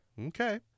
Okay